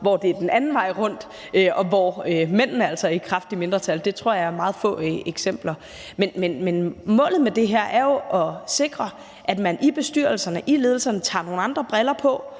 hvor det er den anden vej rundt, altså hvor mændene er i kraftigt mindretal. Det tror jeg er meget få eksempler. Men målet med det her er jo at sikre, at man i bestyrelserne og i ledelserne tager nogle andre briller på